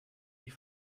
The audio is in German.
die